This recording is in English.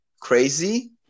crazy